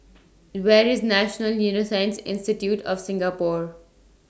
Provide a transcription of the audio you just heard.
Where IS National Neuroscience Institute of Singapore